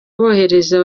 bohereza